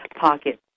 pocket